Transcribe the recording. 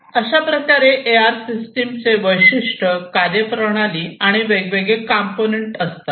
अशाप्रकारे A R system चे वैशिष्ट कार्यप्रणाली आणि वेगवेगळे कंपोनेंट असतात